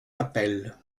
appel